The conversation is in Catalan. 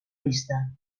vista